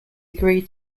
agree